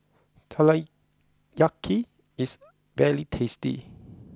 Teriyaki is very tasty